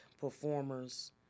performers